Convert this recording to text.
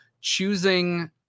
choosing